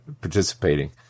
participating